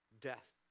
death